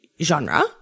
Genre